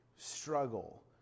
struggle